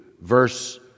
verse